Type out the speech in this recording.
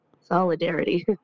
solidarity